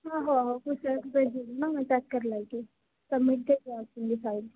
आहो आहो कुसै हत्थ भेजी ओडे़ओ न में चेक करी लैगी